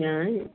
ഞാൻ